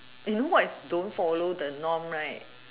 you know what is don't follow the norm right